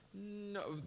No